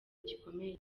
gikomeye